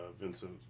Vincent